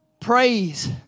Praise